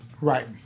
right